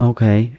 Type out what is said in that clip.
Okay